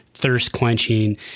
thirst-quenching